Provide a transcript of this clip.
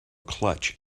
clutch